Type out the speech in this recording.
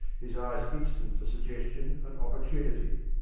his eyes instant for suggestion and opportunity.